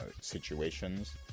situations